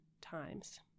times